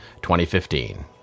2015